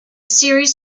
series